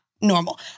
normal